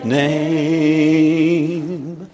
name